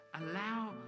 allow